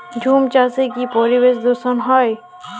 ঝুম চাষে কি পরিবেশ দূষন হয়?